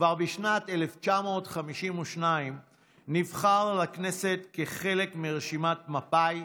כבר בשנת 1952 נבחר לכנסת כחלק מרשימת מפא"י,